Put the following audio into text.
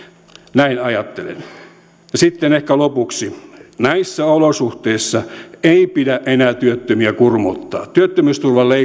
näin ajattelen sitten ehkä lopuksi näissä olosuhteissa ei pidä enää työttömiä kurmuuttaa työttömyysturvan